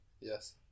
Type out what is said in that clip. Yes